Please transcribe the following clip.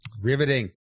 Riveting